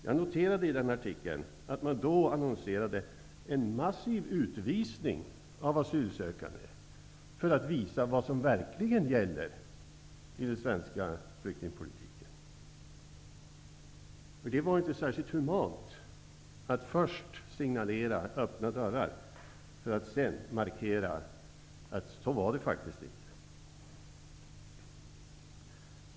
Jag noterade att man i den annonserade en massiv utvisning av asylsökande för att visa vad som verkligen gäller i den svenska flyktingpolitiken. Det är inte särskilt humant att först signalera om öppna dörrar för att sedan markera att det faktiskt inte var så.